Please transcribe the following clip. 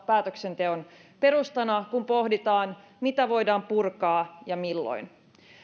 päätöksenteon perustana kun pohditaan mitä voidaan purkaa ja milloin